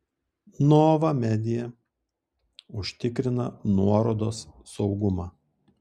nova media užtikrina nuorodos saugumą